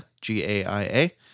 g-a-i-a